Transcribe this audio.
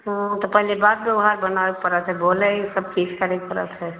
वो तो पहले बात व्यवहार बनाबे पड़त है बोले ई सब ठीक करे पड़त है